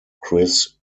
chris